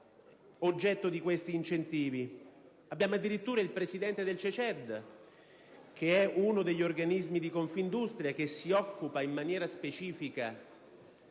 oggetto di questi incentivi. Addirittura il presidente del CECED, che è uno degli organismi di Confindustria che si occupa in maniera specifica